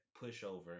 pushover